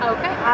Okay